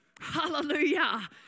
hallelujah